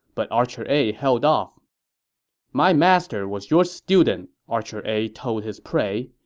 but archer a held off my master was your student, archer a told his prey.